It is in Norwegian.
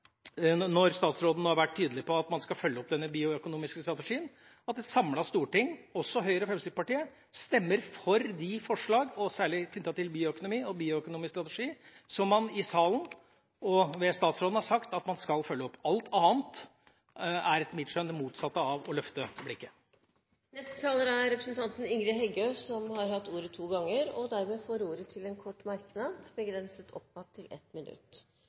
nå ikke er med på. Hvorfor er ikke det å løfte blikket lenger? Hva er det som har skjedd med den typen tiltak? Hva er det som har skjedd med den typen innsats? Jeg hadde ønsket meg, når statsråden har vært tydelig på at man skal følge opp den bioøkonomiske strategien, at et samlet storting, også Høyre og Fremskrittspartiet, stemte for de forslagene, særlig knyttet til bioøkonomi og bioøkonomisk strategi, som man i salen og ved statsråden har sagt at man skal følge opp. Alt annet er etter mitt skjønn det motsatte av å løfte